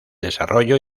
desarrollo